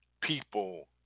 people